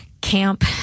camp